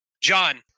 John